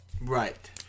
Right